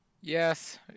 Yes